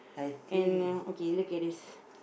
and uh okay look at this